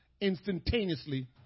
instantaneously